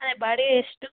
ಅದೇ ಬಾಡಿಗೆ ಎಷ್ಟು